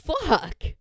Fuck